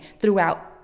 throughout